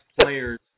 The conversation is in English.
players